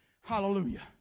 Hallelujah